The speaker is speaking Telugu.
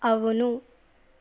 అవును